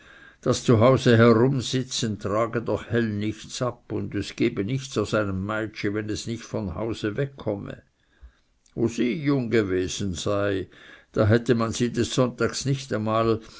das zu hause plättern trage doch hell nichts ab und es gebe nichts aus einem meitschi wenn es nicht von hause wegkomme wo sie jung gewesen sei da hätte man sie des sonntags nicht einmal